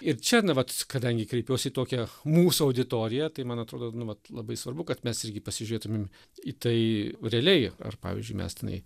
ir čia na vat kadangi kreipiuosi į tokią mūsų auditoriją tai man atrodo nu vat labai svarbu kad mes irgi pasižiūrėtumėm į tai realiai ar pavyzdžiui mes tenai